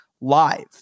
live